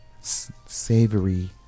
savory